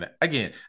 Again